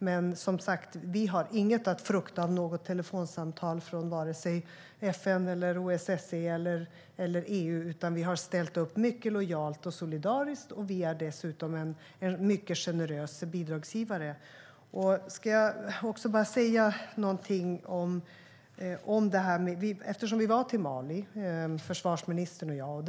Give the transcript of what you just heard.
Men som sagt: Vi har inget att frukta av något telefonsamtal från vare sig FN, OSSE eller EU. Vi har ställt upp mycket lojalt och solidariskt, och vi är dessutom en mycket generös bidragsgivare. Låt mig också säga något om Mali eftersom försvarsministern och jag var där.